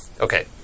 Okay